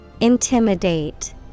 Intimidate